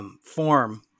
Form